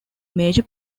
major